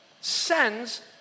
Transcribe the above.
sends